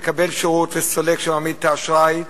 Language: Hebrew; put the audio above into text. מקבל שירות וסולק שמעמיד את האשראי.